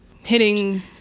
Hitting